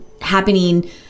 happening